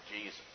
Jesus